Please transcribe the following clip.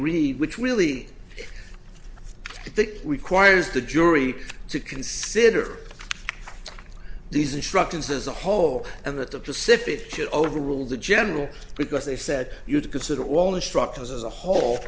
read which really requires the jury to consider these instructions as a whole and that the pacific could overrule the general because they said you would consider all instructors as a whole